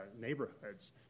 neighborhoods